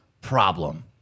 problem